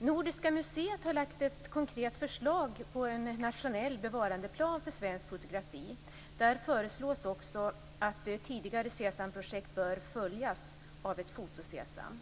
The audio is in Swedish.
Nordiska museet har lagt ett konkret förslag om en nationell bevarandeplan för svenskt fotografi. Där föreslås också att tidigare Sesamprojekt bör följas av ett Foto-Sesam.